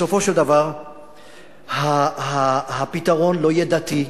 בסופו של דבר הפתרון לא יהיה דתי,